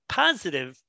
positive